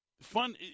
fun